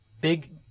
big